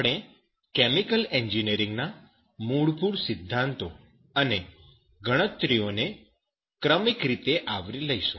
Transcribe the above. આપણે કેમિકલ એન્જિનિયરિંગના મૂળભૂત સિદ્ધાંતો અને ગણતરીઓને ક્રમિક રીતે આવરી લઈશું